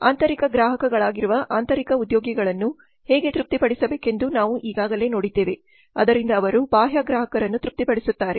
ಆಂತರಿಕ ಗ್ರಾಹಕಗಳಾಗಿರುವ ಆಂತರಿಕ ಉದ್ಯೋಗಿಗಳನ್ನು ಹೇಗೆ ತೃಪ್ತಿ ಪಡಿಸಬೇಕೆಂದು ನಾವು ಈಗಾಗಲೇ ನೋಡಿದ್ದೇವೆ ಅದರಿಂದಅವರು ಬಾಹ್ಯ ಗ್ರಾಹಕರನ್ನುತೃಪ್ತಿಪಡಿಸುತ್ತಾರೆ